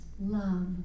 love